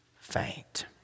faint